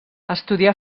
estudià